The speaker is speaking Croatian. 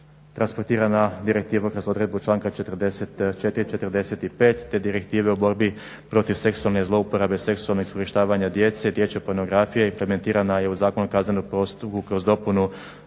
transportirana direktiva kroz odredbu članka 44 i 45 te direktive u borbi protiv seksualne zlouporabe, seksualne iskorištavanja djece, dječje pornografije implementirana je u Zakonu o kaznenom postupku kroz dopunu